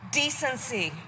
decency